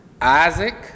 Isaac